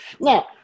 Now